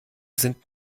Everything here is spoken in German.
sind